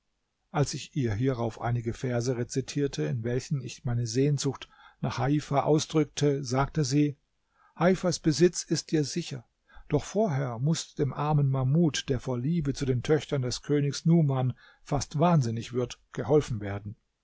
als ich ihr hierauf einige verse rezitierte in welchen ich meine sehnsucht nach heifa ausdrückte sagte sie heifas besitz ist dir sicher doch vorher muß dem armen mahmud der vor liebe zu den töchtern des königs numan fast wahnsinnig wird geholfen werden